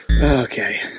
Okay